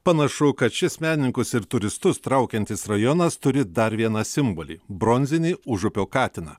panašu kad šis menininkus ir turistus traukiantis rajonas turi dar vieną simbolį bronzinį užupio katiną